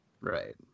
right